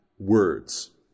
Words